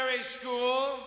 school